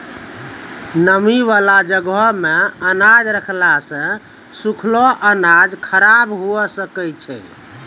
नमी बाला जगहो मे अनाज रखला से सुखलो अनाज खराब हुए सकै छै